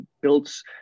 builds